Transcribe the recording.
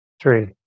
three